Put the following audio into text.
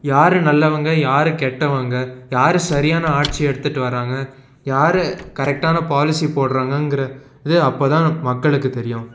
யார் நல்லவங்க யார் கெட்டவங்க யார் சரியான ஆட்சி எடுத்துகிட்டு வராங்க யார் கரெக்டான பாலிசி போடுறாங்கங்கிற இது அப்போ தான் மக்களுக்கு தெரியும்